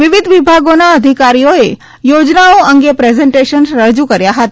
વિવિધ વિભાગોના અધિકારીઓએ યોજનાઓ અંગે પ્રેઝન્ટેશન રજૂ કર્યા હતા